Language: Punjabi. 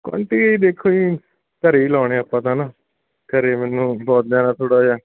ਕੁਆਂਟੀ ਦੇਖੋ ਜੀ ਘਰ ਹੀ ਲਗਾਉਣੇ ਆਪਾਂ ਤਾਂ ਨਾ ਘਰ ਮੈਨੂੰ ਪੌਦਿਆਂ ਦਾ ਥੋੜ੍ਹਾ ਜਿਹਾ